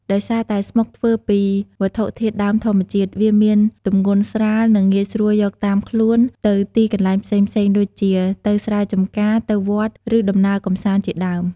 ដោយសារតែស្មុកធ្វើពីវត្ថុធាតុដើមធម្មជាតិ វាមានទម្ងន់ស្រាល និងងាយស្រួលយកតាមខ្លួនទៅទីកន្លែងផ្សេងៗដូចជា ទៅស្រែចំការ ទៅវត្ត ឬដំណើរកម្សាន្តជាដើម។